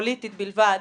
פוליטית בלבד,